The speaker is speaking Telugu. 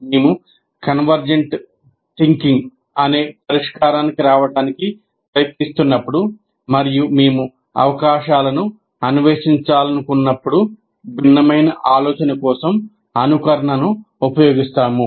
మేము కన్వర్జెంట్ థింకింగ్ అనే పరిష్కారానికి రావడానికి ప్రయత్నిస్తున్నప్పుడు మరియు మేము అవకాశాలను అన్వేషించాలనుకున్నప్పుడు భిన్నమైన ఆలోచన కోసం అనుకరణను ఉపయోగిస్తాము